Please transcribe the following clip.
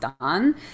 done